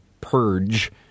purge